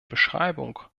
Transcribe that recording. beschreibung